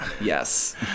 Yes